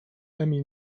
emil